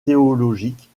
théologiques